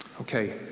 Okay